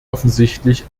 offensichtlich